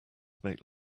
make